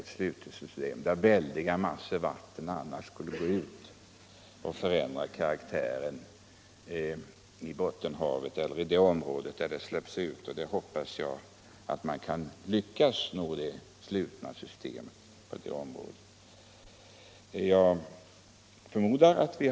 Jag hoppas emellertid att man skall lyckas åstadkomma ett sådant system. Med de väldiga vattenmassor det rör sig om skulle annars karaktären förändras på hela det område där utsläppen sker.